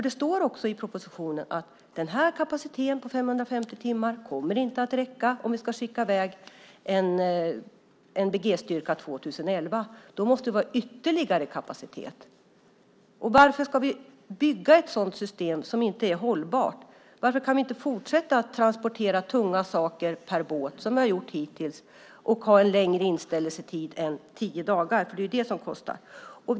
Det står i propositionen att kapaciteten på 550 timmar inte kommer att räcka om vi ska skicka i väg en NBG-styrka 2011. Då måste vi ha ytterligare kapacitet. Varför ska vi bygga ett system som inte är hållbart? Varför kan vi inte fortsätta transportera tunga saker med båt som vi har gjort hittills och ha en längre inställelsetid än tio dagar? Det är det som kostar.